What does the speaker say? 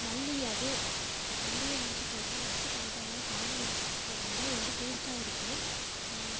மல்லி அதே மல்லியும் அரைத்து போட்டால் அதுக்கும் தனித்துவமான காரம் இருக்குது அதனால ரெண்டும் டேஸ்டாக இருக்கும்